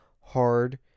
hard